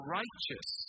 righteous